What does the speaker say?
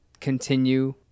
continue